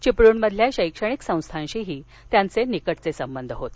चिपळूणमधल्या शैक्षणिक संस्थांशीही त्यांचे निकटचे संबंध होते